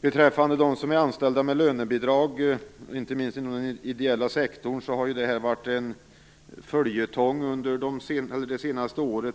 detta tillskott. Frågan om dem som, inte minst inom den ideella sektorn, är anställda med lönebidrag, har ju varit en följetong under det senaste året.